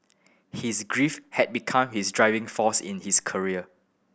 his grief had become his driving force in his career